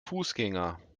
fußgänger